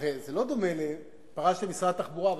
הרי זה לא דומה למקרה שפרשת ממשרד התחבורה.